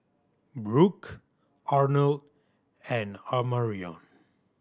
Brook Arnold and Amarion